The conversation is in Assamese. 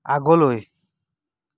আগলৈ